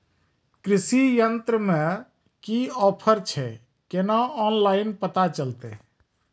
कृषि यंत्र मे की ऑफर छै केना ऑनलाइन पता चलतै?